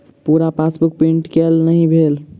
पूरा passbook print केल नहि भेल